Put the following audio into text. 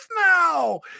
now